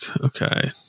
Okay